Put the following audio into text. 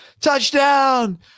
touchdown